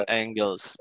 angles